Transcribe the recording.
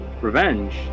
revenge